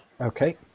Okay